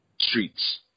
streets